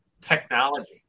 technology